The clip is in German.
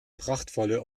prachtvolle